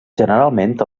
generalment